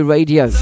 Radio